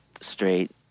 straight